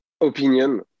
opinion